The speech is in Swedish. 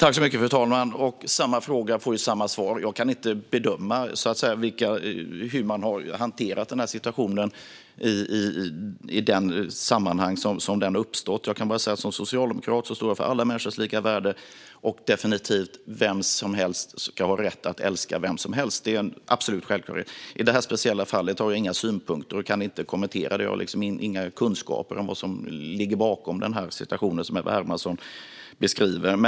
Fru talman! Samma fråga får samma svar. Jag kan inte bedöma hur man har hanterat just den situationen eller det sammanhang där den uppstått. Som socialdemokrat står jag för alla människors lika värde. Vem som helst ska definitivt ha rätt att älska vem som helst. Det är en absolut självklarhet. I det här speciella fallet har jag inga synpunkter. Jag kan inte kommentera det, eftersom jag inte har några kunskaper om vad som ligger bakom den situation som Ebba Hermansson beskriver.